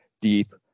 deep